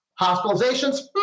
Hospitalizations